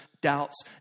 doubts